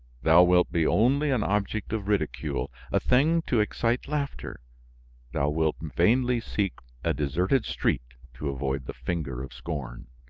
thou wilt be only an object of ridicule, a thing to excite laughter thou wilt vainly seek a deserted street to avoid the finger of scorn.